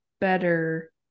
better